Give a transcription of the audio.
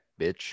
bitch